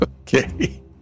Okay